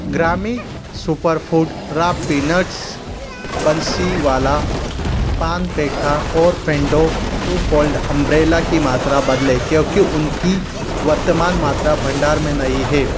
ग्रामी superfood raw peanuts Bansiwala paan petha और Fendo two fold umbrella की मात्रा बदलें क्योंकि उनकी वर्तमान मात्रा भंडार में नहीं है